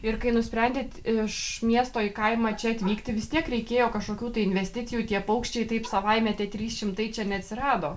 ir kai nusprendėt iš miesto į kaimą čia atvykti vis tiek reikėjo kažkokių investicijų tie paukščiai taip savaime tie trys šimtai čia neatsirado